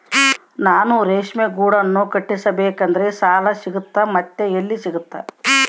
ನಾನು ರೇಷ್ಮೆ ಗೂಡನ್ನು ಕಟ್ಟಿಸ್ಬೇಕಂದ್ರೆ ಸಾಲ ಸಿಗುತ್ತಾ ಮತ್ತೆ ಎಲ್ಲಿ ಸಿಗುತ್ತೆ?